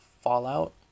Fallout